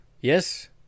Yes